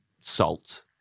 salt